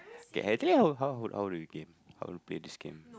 okay actually how you how you how do you game how do you play this game